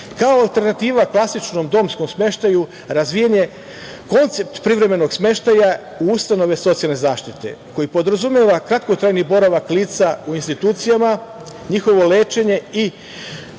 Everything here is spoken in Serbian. alternativa klasičnom domskom smeštaju, razvijen je koncept privremenog smeštaja u ustanove socijalne zaštite koji podrazumeva kratkotrajni boravak lica u institucijama, njihovo lečenje i